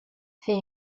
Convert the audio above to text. fait